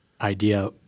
idea